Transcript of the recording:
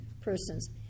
persons